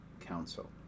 Council